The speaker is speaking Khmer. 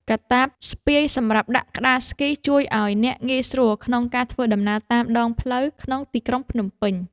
កាតាបស្ពាយសម្រាប់ដាក់ក្ដារស្គី ជួយឱ្យអ្នកងាយស្រួលក្នុងការធ្វើដំណើរតាមដងផ្លូវក្នុងទីក្រុងភ្នំពេញ។